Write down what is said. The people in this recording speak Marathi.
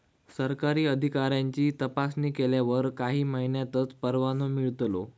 सरकारी अधिकाऱ्यांची तपासणी केल्यावर काही महिन्यांतच परवानो मिळतलो